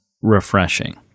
refreshing